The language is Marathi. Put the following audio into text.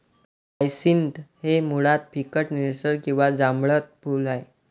हायसिंथ हे मुळात फिकट निळसर किंवा जांभळट फूल आहे